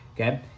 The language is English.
okay